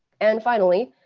and finally,